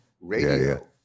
radio